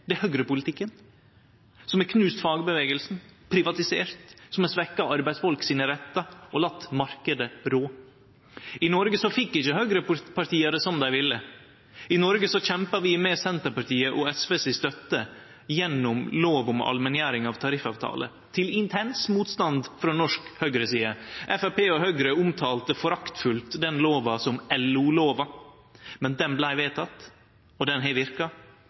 det er høgrepolitikken, som har knust fagrørsla, privatisert, svekkje arbeidsfolk sine rettar og late marknaden rå. I Noreg fekk ikkje høgrepartia det som dei ville. I Noreg kjempa vi, med støtte frå Senterpartiet og SV, gjennom lov om allmenngjering av tariffavtaler – til intens motstand frå norsk høgreside. Framstegspartiet og Høgre omtalte foraktfullt den lova som LO-lova. Men ho vart vedteken, og ho har